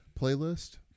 playlist